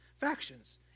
factions